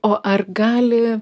o ar gali